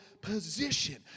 position